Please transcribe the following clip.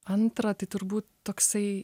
antra tai turbūt toksai